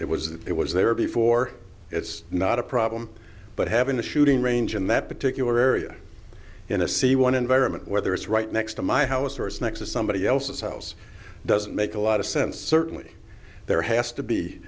that it was there before it's not a problem but having a shooting range in that particular area in a see one environment whether it's right next to my house or it's next to somebody else's house doesn't make a lot of sense certainly there has to be